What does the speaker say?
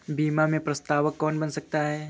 बीमा में प्रस्तावक कौन बन सकता है?